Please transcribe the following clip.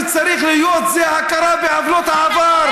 מה שצריך להיות זה הכרה בעוולות העבר.